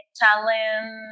talent